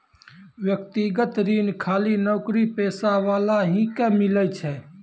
व्यक्तिगत ऋण खाली नौकरीपेशा वाला ही के मिलै छै?